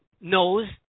knows